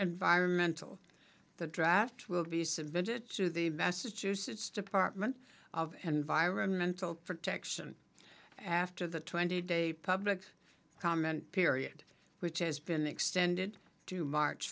environmental the draft will be submitted to the massachusetts department of environmental protection after the twenty day public comment period which has been extended to march